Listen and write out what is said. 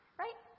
right